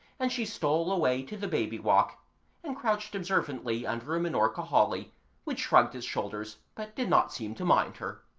and she stole away to the baby walk and crouched observantly under a minorca holly which shrugged its shoulders but did not seem to mind her.